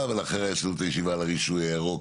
ולאחריה יש לנו את הישיבה על הרישוי הירוק.